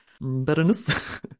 betterness